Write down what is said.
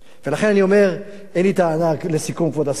ולכן אני אומר, אין לי טענה, לסיכום, כבוד השר,